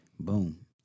Boom